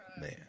man